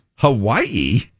Hawaii